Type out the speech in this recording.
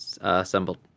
assembled